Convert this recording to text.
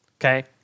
Okay